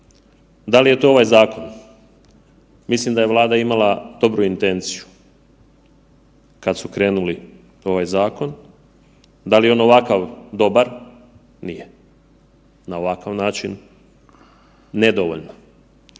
Da li je to ovaj zakon? Mislim da je Vlada imala dobru intenciju kad su krenuli u ovoj zakon, da li je on ovakav dobar, nije, na ovakav način nedovoljno.